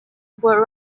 were